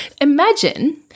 Imagine